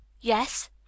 Yes